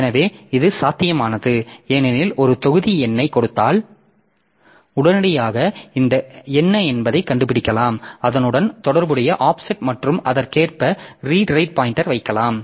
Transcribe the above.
எனவே இது சாத்தியமானது ஏனெனில் ஒரு தொகுதி எண்ணைக் கொடுத்தால் உடனடியாக என்ன என்பதைக் கண்டுபிடிக்கலாம் அதனுடன் தொடர்புடைய ஆஃப்செட் மற்றும் அதற்கேற்ப ரீட் ரைட் பாய்ன்டெர் வைக்கலாம்